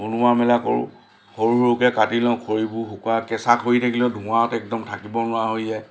বনোৱা মেলা কৰোঁ সৰু সৰুকৈ কাটি লওঁ খৰিবোৰ শুকুৱাওঁ কেঁচা খৰি থাকিলে ধোঁৱাত একদম থাকিব নোৱাৰা হৈ যায়